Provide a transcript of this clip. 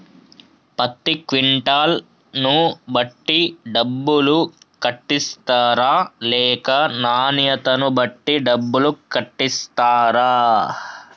పత్తి క్వింటాల్ ను బట్టి డబ్బులు కట్టిస్తరా లేక నాణ్యతను బట్టి డబ్బులు కట్టిస్తారా?